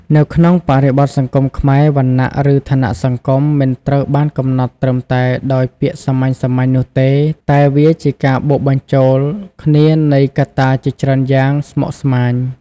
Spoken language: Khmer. នៅក្នុងបរិបទសង្គមខ្មែរ វណ្ណៈ ឬឋានៈសង្គមមិនត្រូវបានកំណត់ត្រឹមតែដោយពាក្យសាមញ្ញៗនោះទេ តែវាជាការបូកបញ្ចូលគ្នានៃកត្តាជាច្រើនយ៉ាងស្មុគស្មាញ។